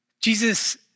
Jesus